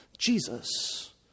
Jesus